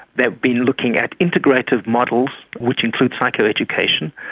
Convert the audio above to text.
they've been looking at integrative models which include psychoeducation.